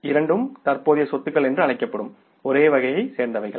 இரண்டும் தற்போதைய சொத்துக்கள் என்று அழைக்கப்படும் ஒரே வகையைச் சேர்த்தவைகள்